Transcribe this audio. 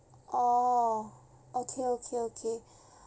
orh okay okay okay